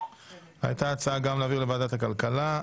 הייתה הצעה גם להעביר לוועדת הכלכלה.